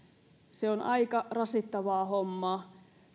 se on aika rasittavaa hommaa